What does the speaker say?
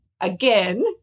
Again